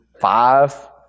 five